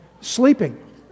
sleeping